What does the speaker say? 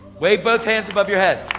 wave both hands above your head.